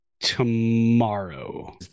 tomorrow